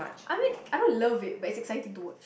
I mean I don't love it but it's exciting to watch